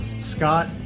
Scott